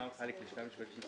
שר